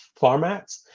formats